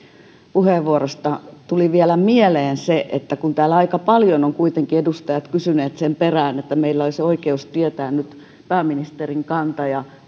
puheenvuorosta tuli vielä mieleen se että kun täällä aika paljon kuitenkin ovat edustajat kysyneet sen perään että meillä olisi oikeus tietää nyt pääministerin kanta ja